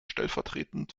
stellvertretend